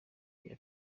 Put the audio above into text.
rya